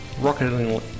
Rocketing